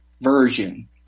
Version